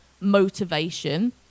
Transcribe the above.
motivation